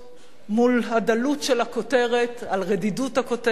מול הדלות של הכותרת, על רדידות הכותרת,